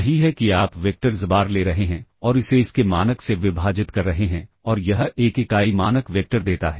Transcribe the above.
यही है कि आप वेक्टर xbar ले रहे हैं और इसे इसके मानक से विभाजित कर रहे हैं और यह एक इकाई मानक वेक्टर देता है